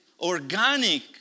organic